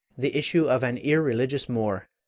the issue of an irreligious moor,